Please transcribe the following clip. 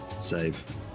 save